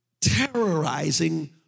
terrorizing